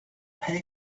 pay